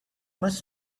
must